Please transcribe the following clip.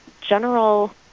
general